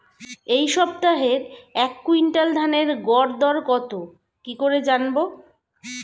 এই সপ্তাহের এক কুইন্টাল ধানের গর দর কত কি করে জানবো?